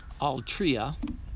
Altria